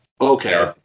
Okay